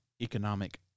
economic